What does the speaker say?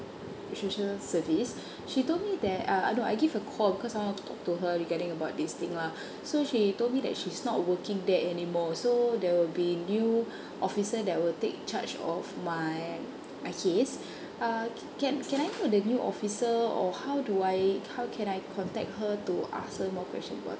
which is her service she told me that uh uh no I give a call because I want to talk to her regarding about this thing lah so she told me that she's not working there anymore so there will be new officer that will take charge of my my case uh can can I know the new officer or how do I how can I contact her to ask her more questions about